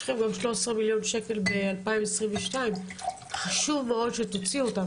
יש לגם גם 13 מיליון שקלים ב-2022 וחשוב מאוד שתוציאו אותם,